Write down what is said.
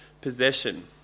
possession